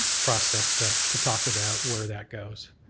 process to to talk about where that goes.